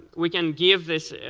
we can give this